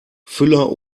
füller